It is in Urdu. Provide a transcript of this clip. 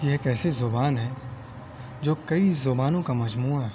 یہ ایک ایسی زبان ہے جو کئی زبانوں کا مجموعہ ہے